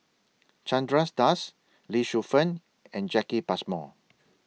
Chandra Das Lee Shu Fen and Jacki Passmore